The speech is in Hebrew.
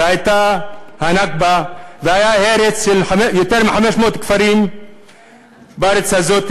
והייתה הנכבה והיה הרס של יותר מ-500 כפרים בארץ הזו.